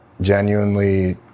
genuinely